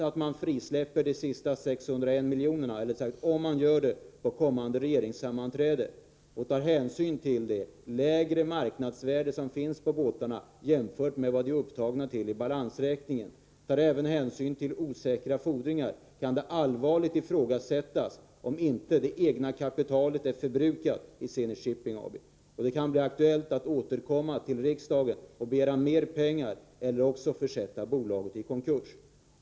Även om man frisläpper de sista 601 miljonerna vid kommande regeringssammanträde och tar hänsyn till det lägre marknadsvärdet på båtarna — jämfört med det värde som båtarna är upptagna till i balansräkningen — liksom även till osäkra fordringar, kan det allvarligt ifrågasättas om inte det egna kapitalet i företaget är förbrukat. Det kan bli aktuellt att återkomma till riksdagen och begära mer pengar eller försätta bolaget i konkurs.